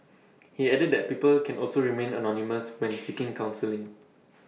he added that people can also remain anonymous when seeking counselling